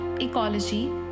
ecology